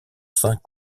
saint